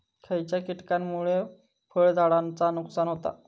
खयच्या किटकांमुळे फळझाडांचा नुकसान होता?